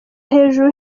hejuru